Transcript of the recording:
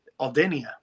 Aldenia